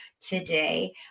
today